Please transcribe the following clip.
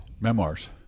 Memoirs